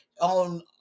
on